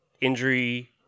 injury